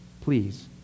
Please